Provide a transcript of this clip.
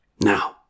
Now